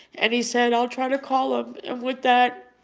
and he said, i'll try to call him. and with that,